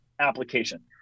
application